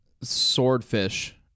Swordfish